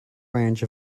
range